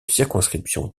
circonscription